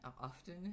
often